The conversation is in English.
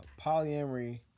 Polyamory